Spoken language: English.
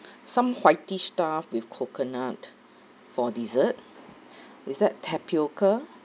some whitish stuff with coconut for dessert is that tapioca